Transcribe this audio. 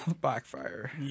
Backfire